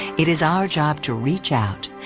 it is our job to reach out,